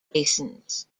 basins